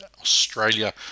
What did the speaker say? Australia